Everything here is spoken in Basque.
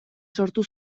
sortu